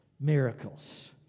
miracles